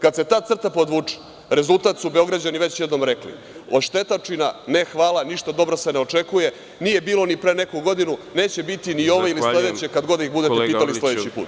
Kad se ta crta podvuče, rezultat su Beograđani već jednom rekli - od štetočina ne, hvala ništa dobro se ne očekuje, nije bilo ni pre neku godinu, neće biti ni ove, ni sledeće, kad god da ih budete pitali sledeći put.